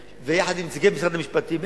יחד עם נציגי משרד המשפטים.